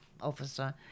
officer